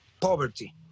poverty